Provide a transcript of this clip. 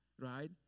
right